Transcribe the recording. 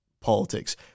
politics